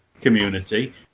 community